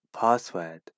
password